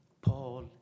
Paul